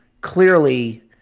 clearly